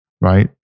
right